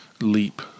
leap